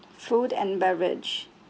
food and beverage